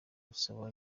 gusaba